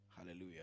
Hallelujah